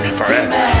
forever